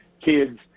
Kids